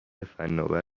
فناور